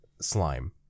slime